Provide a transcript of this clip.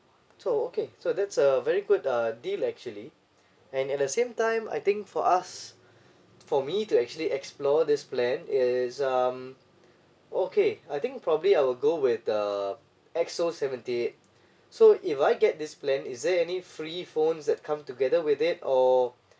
so okay so that's a very good uh deal actually and at the same time I think for us for me to actually explore this plan is um okay I think probably I will go with the X_O seventy eight so if I get this plan is there any free phones that come together with it or